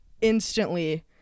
instantly